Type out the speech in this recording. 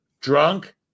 drunk